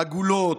עגולות,